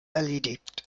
erledigt